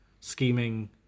scheming